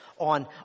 on